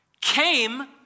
came